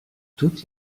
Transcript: toutes